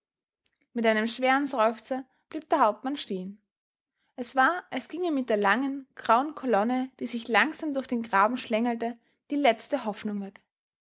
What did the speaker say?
mit einem schweren seufzer blieb der hauptmann stehen es war als ginge mit der langen grauen kolonne die sich langsam durch den graben schlängelte die letzte hoffnung